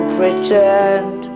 pretend